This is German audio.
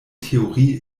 theorie